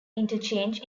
interchange